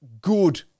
good